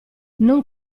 non